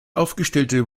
aufgestellte